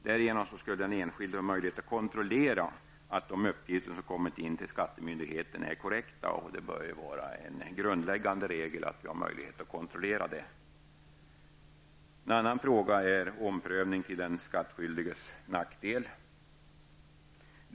Därigenom skulle den enskilde ha möjlighet att kontrollera att de uppgifter som kommit in till skattemyndigheterna är korrekta, en möjlighet som bör vara en grundläggande regel. En annan fråga gäller omprövning till den skattskyldiges nackdel.